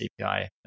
API